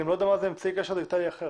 אני גם לא יודע מה זה אמצעי קשר דיגיטלי אחר.